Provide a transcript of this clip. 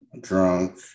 drunk